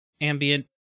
Ambient